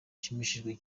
nshimishijwe